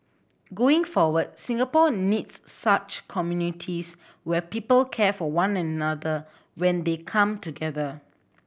going forward Singapore needs such communities where people care for one another when they come together